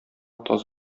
таз